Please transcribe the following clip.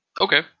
Okay